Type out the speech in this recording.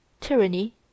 tyranny